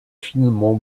finement